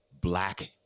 black